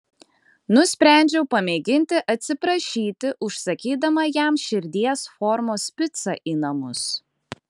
nusprendžiau pamėginti atsiprašyti užsakydama jam širdies formos picą į namus